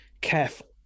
careful